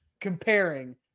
comparing